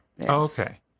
Okay